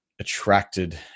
attracted